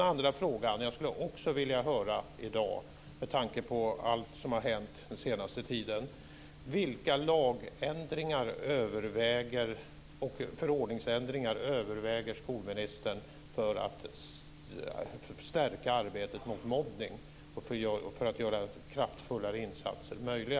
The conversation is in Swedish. Jag skulle också vilja höra i dag, med tanke på allt som har hänt den senaste tiden, vilka lagändringar och förordningsändringar skolministern överväger för att stärka arbetet mot mobbning och för att göra mer kraftfulla insatser möjliga.